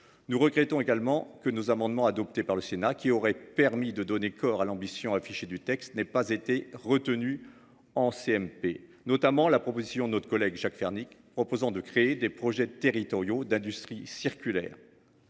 Nous regrettons également que nos amendements, adoptés par le Sénat, qui auraient permis de donner corps à l’ambition affichée du texte, n’aient pas été retenus en commission mixte paritaire. Je pense notamment à la proposition de notre collègue Jacques Fernique, qui visait à créer des projets territoriaux d’industrie circulaire.